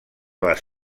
les